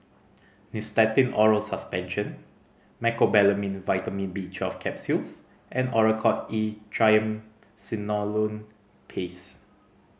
Nystatin Oral Suspension Mecobalamin Vitamin B Twelve Capsules and Oracort E Triamcinolone Paste